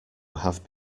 have